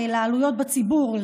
העלויות לציבור,